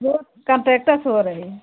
road contractor से हो रही है